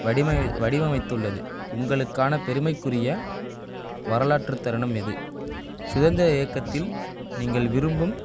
வடிமை வடிவமைத்துள்ளது உங்களுக்கான பெருமைக்குரிய வரலாற்று தருணம் எது சுதந்திர இயக்கத்தில் நீங்கள் விரும்பும்